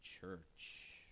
church